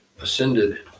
ascended